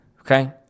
okay